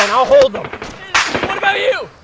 and i'll hold them! what about you!